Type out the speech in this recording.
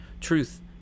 Truth